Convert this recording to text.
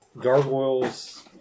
Gargoyles